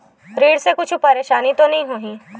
ऋण से कुछु परेशानी तो नहीं होही?